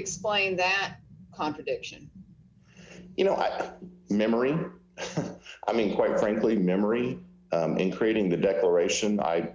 explain that contradiction you know i memory i mean quite frankly memory in creating the declaration i